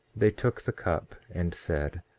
they took the cup, and said